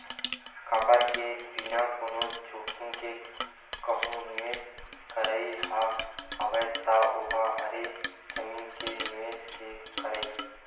काबर के बिना कोनो जोखिम के कहूँ निवेस करई ह हवय ता ओहा हरे जमीन म निवेस के करई